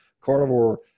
carnivore